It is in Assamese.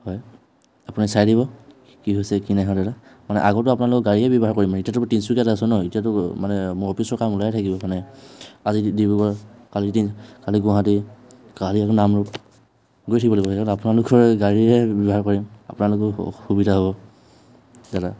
হয় আপুনি চাই থাকিব কি হৈছে কি নাই হোৱা নাই দাদা মানে আগতেও আপোনালোকৰ গাড়ীয়ে ব্যৱহাৰ কৰিম আৰু এতিয়াতো তিনিচুকীয়াতে আছোঁ ন এতিয়াতো মানে মোৰ অফিচৰ কাম ওলাই থাকিব মানে আজি ডিব্ৰুগড় কালি তিন কালি গুৱাহাটী কালি আকৌ নামৰূপ গৈ থাকিব লাগিব সেইকাৰণে আপোনাৰ গাড়ীয়ে ব্যৱহাৰ কৰিম আপোনালোকৰো সুবিধা হ'ব দাদা